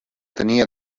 tenia